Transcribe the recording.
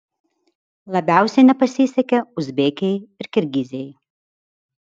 labiausiai nepasisekė uzbekijai ir kirgizijai